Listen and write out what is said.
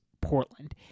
Portland